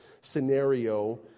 scenario